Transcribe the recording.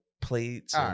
plates